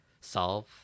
solve